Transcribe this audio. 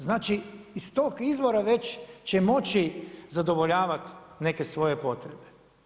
Znači iz tog izvora već će moći zadovoljavati neke svoje potrebe.